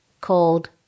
called